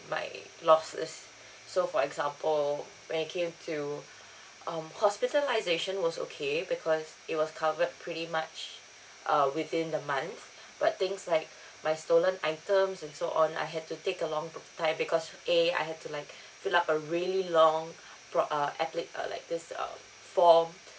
my lost list so for example when it came to um hospitalisation was okay because it was covered pretty much uh within the month but things like my stolen items and so on I had to take a long time because A I had to like fill up a really long pro~ uh appli~ uh like this uh form